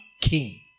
king